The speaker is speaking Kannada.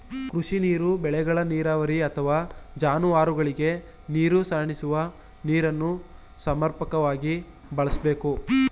ಕೃಷಿ ನೀರು ಬೆಳೆಗಳ ನೀರಾವರಿ ಅಥವಾ ಜಾನುವಾರುಗಳಿಗೆ ನೀರುಣಿಸುವ ನೀರನ್ನು ಸಮರ್ಪಕವಾಗಿ ಬಳಸ್ಬೇಕು